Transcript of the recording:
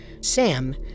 Sam